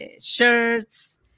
shirts